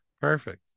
Perfect